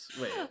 Wait